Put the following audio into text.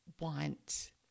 want